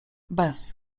bez